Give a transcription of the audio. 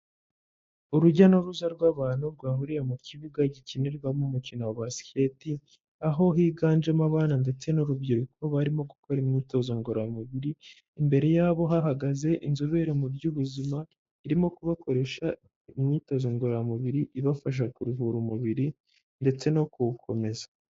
Urujya n'uruza rw'abantu rwahuriye mu kibuga gikinirwamo umukino wa basiketi, aho higanjemo abana ndetse n'urubyiruko barimo gukora imyitozo ngororamubiri, imbere yabo hahagaze inzobere mu by'ubuzima, irimo kubakoresha imyitozo ngororamubiri ibafasha kuvura umubiri ndetse no kuwukomeza.